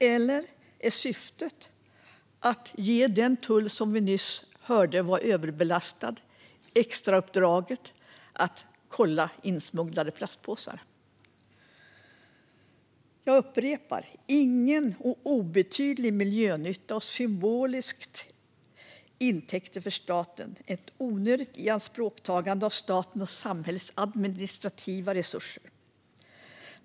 Eller är syftet att ge den tull som vi nyss hörde var överbelastad extrauppdraget att kolla insmugglade plastpåsar? Jag upprepar: Denna lag ger ingen eller obetydlig miljönytta och symboliska intäkter för staten. Den innebär ett onödigt ianspråktagande av statens och samhällets administrativa resurser.